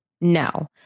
no